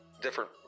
different